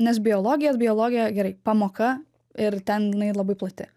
nes biologija ir biologija gerai pamoka ir ten jinai labai plati